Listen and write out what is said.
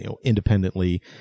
independently